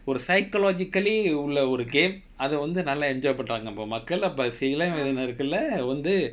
ஒரு: oru psychologically உள்ள ஒரு:ulla oru game அதை வந்து நல்லா:athai vanthu nallaa enjoy பண்ணுராங்க நம்ம மக்கள் அப்ப சிலர் வந்து:pannuraanga namma makkal appe silar vandhu